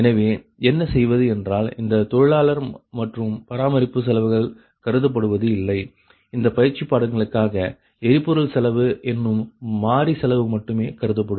எனவே என்ன செய்வது என்றால் இந்த தொழிலாளர் மற்றும் பராமரிப்பு செலவுகள் கருதப்படுவது இல்லை இந்த பயிற்சிப்பாடங்களுக்காக எரிபொருள் செலவு என்னும் மாறி செலவு மட்டுமே கருதப்படும்